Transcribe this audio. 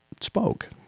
spoke